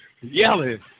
Yelling